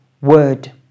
word